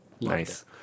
Nice